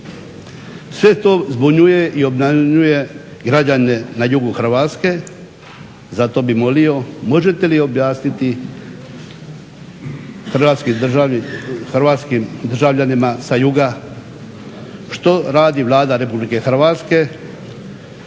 Sve to zbunjuje i obnažuje građane na jugu Hrvatske. Zato bih molio možete li objasniti hrvatskim državljanima sa juga što radi Vlada Republike Hrvatske